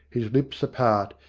his lips apart,